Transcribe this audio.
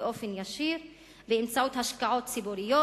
באופן ישיר באמצעות השקעות ציבוריות,